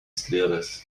estrelas